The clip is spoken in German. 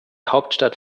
hauptstadt